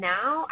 Now